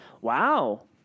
Wow